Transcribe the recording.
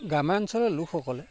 গ্ৰাম্য অঞ্চলৰ লোকসকলে